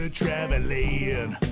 traveling